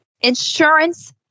Insurance